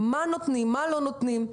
מה נותנים ומה לא נותנים.